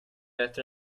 efter